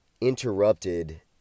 interrupted